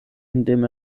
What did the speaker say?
indem